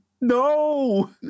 no